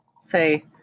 Say